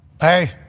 Hey